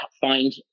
find